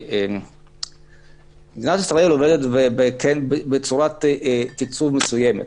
מדינת ישראל עובדת בצורת תקצוב מסוימת.